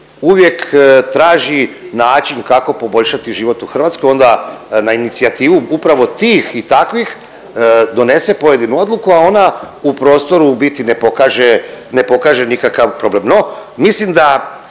uvijek traži način kako poboljšati život u Hrvatskoj, onda na inicijativu upravo tih i takvih donese pojedinu odluku, a ona u prostoru u biti ne pokaže, ne pokaže nikakav problem.